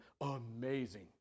amazing